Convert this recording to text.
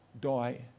die